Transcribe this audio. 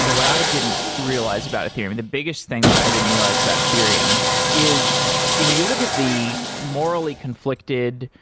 and what i didn't realize about ethereum, the biggest thing that i didn't realize about ethereum is you know you look at the morally conflicted,